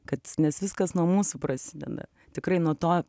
kad nes viskas nuo mūsų prasideda tikrai nuo to